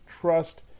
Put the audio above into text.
trust